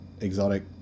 exotic